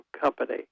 Company